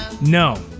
no